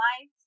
life